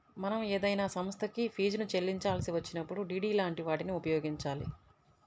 మనం ఏదైనా సంస్థకి ఫీజుని చెల్లించాల్సి వచ్చినప్పుడు డి.డి లాంటి వాటిని ఉపయోగించాలి